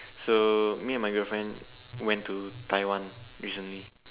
so me and my girlfriend went to Taiwan recently